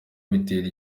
bitera